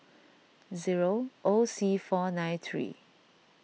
zero O C four nine three